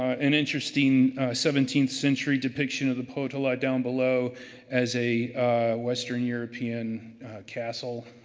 an interesting seventeenth century depiction of the potala down below as a western european castle.